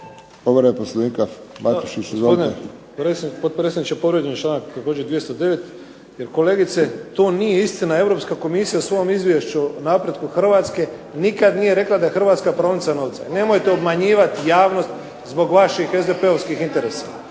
potpredsjedniče, povrijeđen je članak također 209. jer kolegice to nije istina, Europska komisija u svom izvješću o napretku Hrvatske nikad nije rekla da je Hrvatska praonica novca. Nemojte obmanjivati javnost zbog vaših SDP-ovskih interesa.